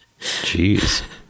Jeez